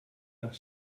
nach